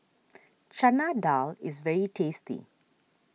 Chana Dal is very tasty